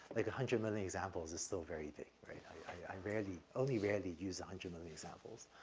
like a hundred million examples is still very big, right, i i rarely only rarely use a hundred million examples.